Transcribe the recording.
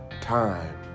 time